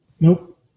Nope